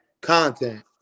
content